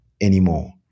anymore